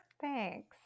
Thanks